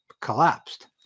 collapsed